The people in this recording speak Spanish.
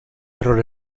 error